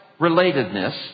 relatedness